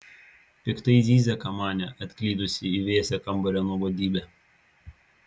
piktai zyzia kamanė atklydusi į vėsią kambario nuobodybę